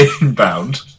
inbound